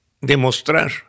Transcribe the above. demostrar